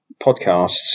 podcasts